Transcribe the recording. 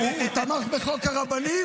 הוא תמך בחוק הרבנים?